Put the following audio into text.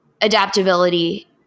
Adaptability